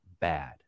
bad